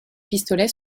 pistolet